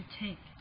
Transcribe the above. take